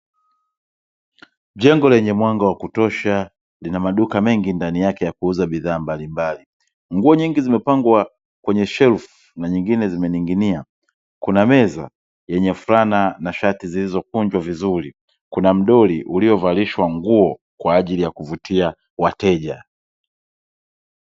Jengo lenye mwanga wa kutosha lina maduka mengi ndani yake ya kuuza bidhaa mbalimbali. Nguo nyingi zimepangwa kwenye shelfu na nyngine zimening'inia kuna meza yenye fulana na shati zilizo kunjwa vizuri kuna mdoli uliovalishwa nguo kwa ajili ya kuvutia wateja.